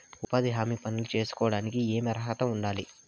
ఉపాధి హామీ పనులు సేసుకోవడానికి ఏమి అర్హత ఉండాలి?